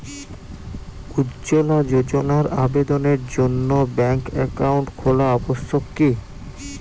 উজ্জ্বলা যোজনার আবেদনের জন্য ব্যাঙ্কে অ্যাকাউন্ট খোলা আবশ্যক কি?